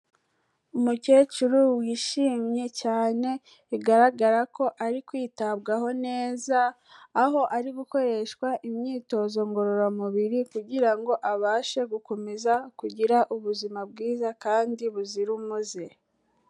Umukecuru wishimye cyane bigaragara ko ari kwitabwaho neza, aho ari gukoreshwa imyitozo ngororamubiri kugira ngo abashe gukomeza kugira ubuzima bwiza kandi buzira umuze.